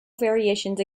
variations